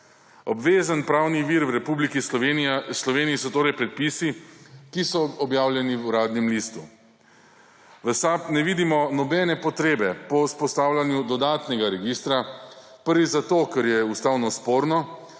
Obvezen pravni vir v Republiki Sloveniji so torej predpisi, ki so objavljeni v Uradnem listu. V SAB ne vidimo nobene potrebe po vzpostavljanju dodatnega registra. Prvič zato, ker je ustavno sporno,